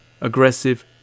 Aggressive